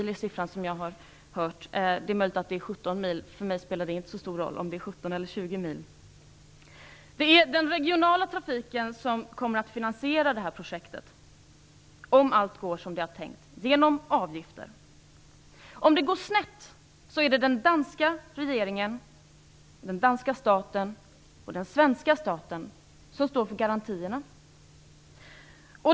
Det är den siffra som jag har hört, men det är möjligt att det är 17 mil. Det spelar inte så stor roll om det är 17 eller 20 mil. Det är den regionala trafiken som kommer att finansiera projektet, om allt går som det är tänkt, genom avgifter. Om det går snett är det den danska staten och den svenska staten som står för garantierna.